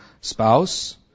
spouse